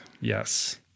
Yes